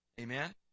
Amen